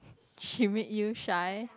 she made you shy